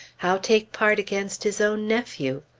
how take part against his own nephew?